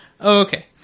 Okay